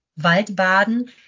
Waldbaden